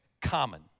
common